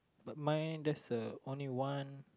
but mine that's a only one